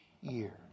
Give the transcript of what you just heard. year